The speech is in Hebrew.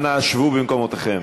אנא שבו במקומותיכם.